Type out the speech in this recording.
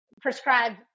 prescribed